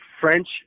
French